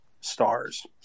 stars